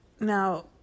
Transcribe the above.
Now